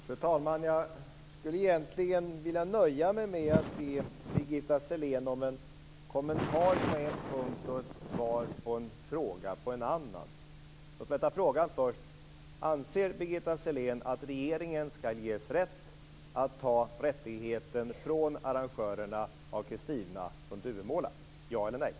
Fru talman! Jag nöjer mig med att be Birgitta Sellén om en kommentar på en punkt och ett svar på en fråga på en annan. Jag tar frågan först: Anser Birgitta Sellén att regeringen skall ges rätt att ta rättigheten från arrangörerna av Kristina från Duvemåla? Ja eller nej?